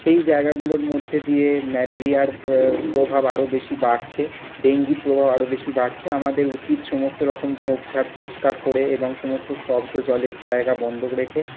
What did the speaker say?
সেই জায়গাগুলোর মধ্য দিয়ে ম্যালেরিয়ার প্রভাব আরও বেশি বাড়ছে ডেঙ্গির প্রভাব আরও বেশি বাড়ছে আমাদের উচিৎ সমস্তরকম ঝোপ ঝাড় পরিস্কার করে এবং সমস্ত রকম স্তব্ধ জলের জায়গা বন্ধ রেখে